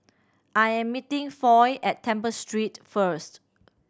I am meeting Foy at Temple Street first